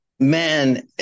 Man